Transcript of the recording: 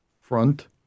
front